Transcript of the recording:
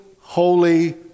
holy